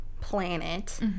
planet